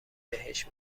بهش